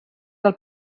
del